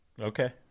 Okay